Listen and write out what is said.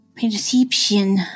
Perception